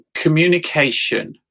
Communication